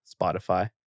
Spotify